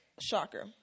Shocker